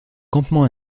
campement